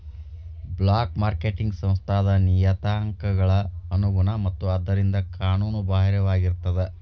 black marketing ಸಂಸ್ಥಾದ್ ನಿಯತಾಂಕಗಳ ಅನುಗುಣ ಮತ್ತ ಆದ್ದರಿಂದ ಕಾನೂನು ಬಾಹಿರವಾಗಿರ್ತದ